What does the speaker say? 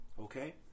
okay